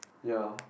ya